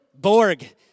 Borg